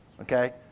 okay